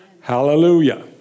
Hallelujah